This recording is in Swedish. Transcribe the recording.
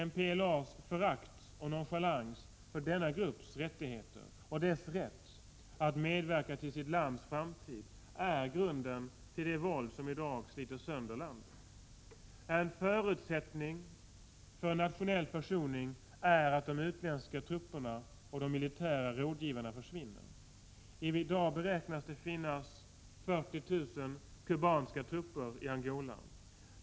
MPLA:s förakt och nonchalans för denna grupps rättigheter och dess rätt att medverka till sitt lands framtid är grunden till det våld som i dag sliter sönder landet. En förutsättning för en nationell försoning är att de utländska trupperna och militära rådgivarna försvinner. I dag beräknas det att det finns 40 000 kubanska trupper i Angola.